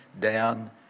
down